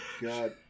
god